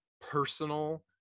personal